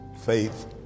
faith